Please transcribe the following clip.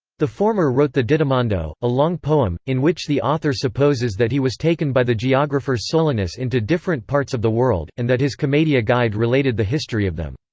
the former wrote the dittamondo, a long poem, in which the author supposes that he was taken by the geographer solinus into different parts of the world, and that his commedia guide related the history of them.